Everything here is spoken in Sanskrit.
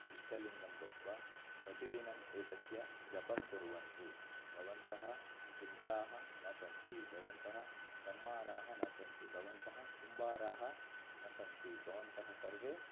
इष्टलिङ्गं दत्वा प्रतिदिनम् एतस्य जपं कुर्वन्तु भवन्तः क्षुद्राः न सन्ति भवन्तः चम्माराः न सन्ति भवन्तः कुम्भाराः न सन्ति भवन्तः सर्वे